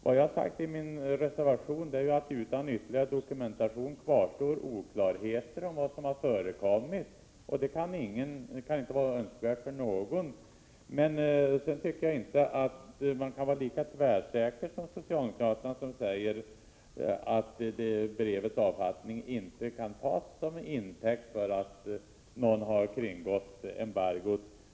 Vad jag har sagt i min reservation är att utan ytterligare dokumentation kvarstår oklarheter om vad som har förekommit, och det kan inte vara önskvärt för någon. Jag tycker inte att man kan vara lika tvärsäker som socialdemokraterna, när de säger att det ifrågavarande brevets avfattning inte kan tas till intäkt för ett påstående att någon har kringgått embargot.